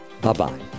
Bye-bye